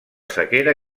sequera